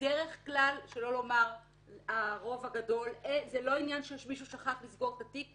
בדרך כלל הרוב הגדול זה לא עניין שמישהו שכח לסגור את התיק,